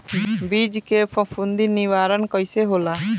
बीज के फफूंदी निवारण कईसे होला?